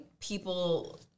people